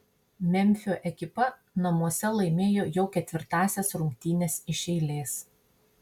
memfio ekipa namuose laimėjo jau ketvirtąsias rungtynes iš eilės